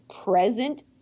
present